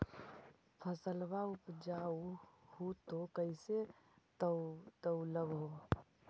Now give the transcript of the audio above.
फसलबा उपजाऊ हू तो कैसे तौउलब हो?